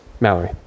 Mallory